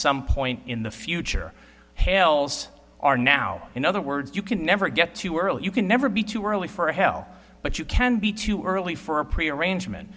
some point in the future hales are now in other words you can never get too early you can never be too early for hell but you can be too early for a pre arrangement